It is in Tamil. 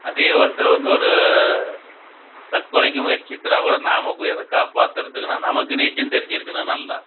அதே ஒருத்தரை வந்து ஒரு தற்கொலைக்கு முயற்சித்தராக கூட நாம் போய் அதை காப்பாற்றுறதுக்குனா நமக்கு நீச்சல் தெரிஞ்சுருக்குணும் நல்லா